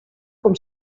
com